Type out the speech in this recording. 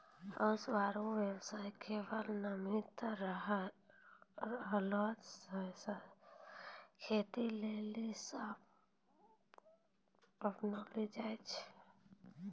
ओस आरु बर्षा केरो नमी रहला सें खेती लेलि अपनैलो जाय छै?